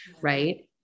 right